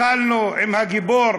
התחלנו עם הגיבור,